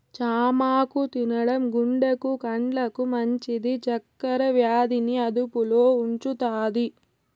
చామాకు తినడం గుండెకు, కండ్లకు మంచిది, చక్కర వ్యాధి ని అదుపులో ఉంచుతాది